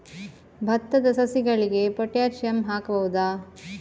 ಭತ್ತದ ಸಸಿಗಳಿಗೆ ಪೊಟ್ಯಾಸಿಯಂ ಹಾಕಬಹುದಾ?